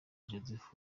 joseph